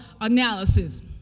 analysis